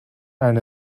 and